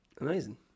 Amazing